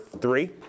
three